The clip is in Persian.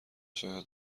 شاید